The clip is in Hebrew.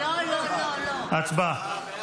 הצבעה.